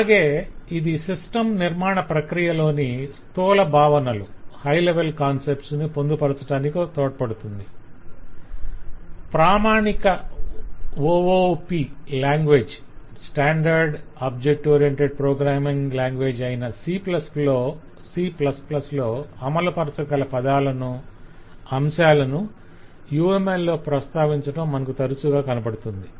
అలాగే ఇది సిస్టం నిర్మాణ ప్రక్రియలోని స్థూల భావనలను పొందుపరచటానికి తోడ్పడుతుంది - ప్రామాణిక OOP లాంగ్వేజ్ అయిన C లో అమలుపరచగల పదాలను అంశాలను UML లో ప్రస్తావించటం మనకు తరచుగా కనపడుతుంది